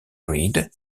reed